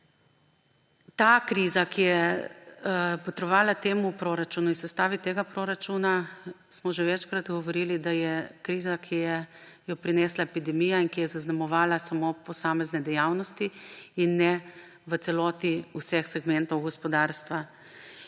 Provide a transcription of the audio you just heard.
Kriza, ki je botrovala temu proračunu in sestavi tega proračuna, smo že večkrat govorili, da je kriza, ki jo je prinesla epidemija in ki je zaznamovala samo posamezne dejavnosti in ne v celoti vseh segmentov gospodarstva.